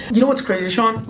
you know what's crazy, sean?